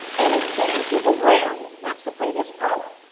and he came to the ram. that's the previous power.